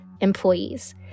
employees